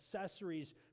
accessories